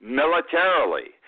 militarily